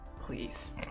please